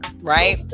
right